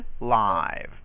live